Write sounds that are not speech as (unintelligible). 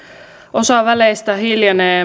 osa väleistä hiljenee (unintelligible)